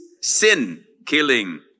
sin-killing